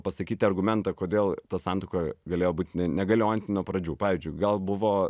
pasakyti argumentą kodėl ta santuoka galėjo būti ne negaliojanti nuo pradžių pavyzdžiui gal buvo